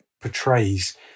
portrays